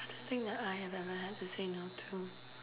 hardest thing that I have ever had to say no to